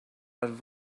les